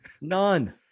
None